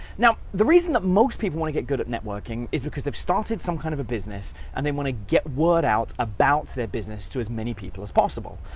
now, the reason that most people want to get good at networking, is because they've started some kind of a business, and they want to get word out about their business to as many people as possible.